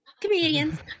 Comedians